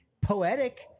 poetic